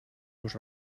los